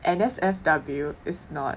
N_S_F_W is not